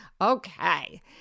Okay